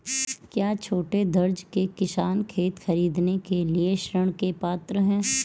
क्या छोटे दर्जे के किसान खेत खरीदने के लिए ऋृण के पात्र हैं?